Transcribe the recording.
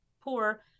poor